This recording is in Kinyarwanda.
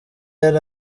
yari